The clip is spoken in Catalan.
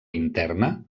interna